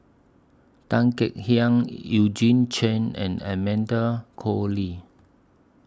Tan Kek Hiang Eugene Chen and Amanda Koe Lee